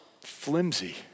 flimsy